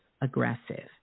aggressive